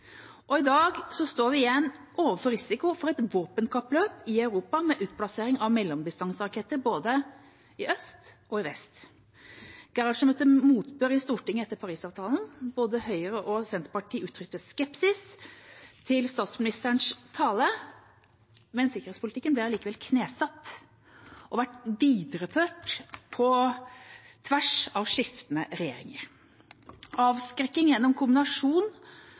I dag står vi igjen overfor risiko for et våpenkappløp i Europa med utplassering av mellomdistanseraketter både i øst og i vest. Gerhardsen møtte motbør i Stortinget etter Paris-avtalen. Både Høyre og Senterpartiet uttrykte skepsis til statsministerens tale, men sikkerhetspolitikken ble allikevel knesatt og har vært videreført på tvers av skiftende regjeringer. Avskrekking gjennom kombinasjon